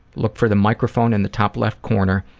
look for the microphone in the top left corner,